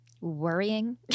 Worrying